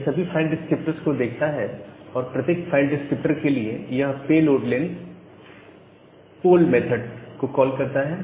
यह सभी file descriptors को देखता है और प्रत्येक फाइल डिस्क्रिप्टर के लिए यह पोल मेथड को कॉल करता है